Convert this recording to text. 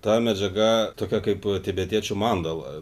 ta medžiaga tokia kaip tibetiečių mandala